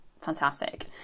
Fantastic